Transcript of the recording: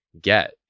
get